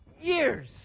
Years